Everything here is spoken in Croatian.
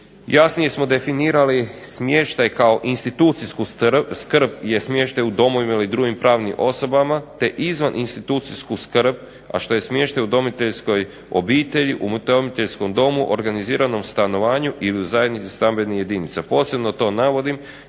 Jasnije smo definirali smještaj kao institucijsku skrb je smještaj u domovima ili drugim pravnim osobama te izvaninstititucijsku skrb a što je smještaj u udomiteljskoj obitelji, udomiteljskom domu, organiziranom stanovanju ili zajednici stambenih jedinica. Posebno to navodim